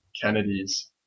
Kennedy's